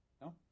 No